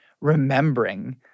remembering